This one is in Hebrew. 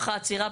עילי.